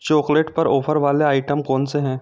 chocolate पर offer वाले item कौन से हैं